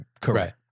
Correct